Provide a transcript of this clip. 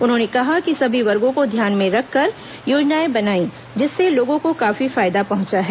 उन्होंने कहा कि सभी वर्गो को ध्यान में रखकर योजनाएं बनाईं जिससे लोगों को काफी फायदा पहुंचा है